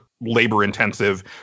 Labor-intensive